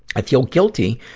i feel guilty,